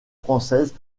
françaises